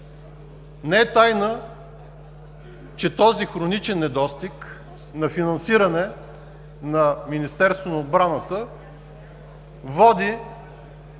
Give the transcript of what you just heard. Не е тайна, че този хроничен недостиг при финансирането на Министерството на отбраната води